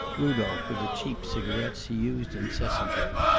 rudolph with the cheap cigarets he used incessantly.